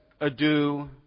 adieu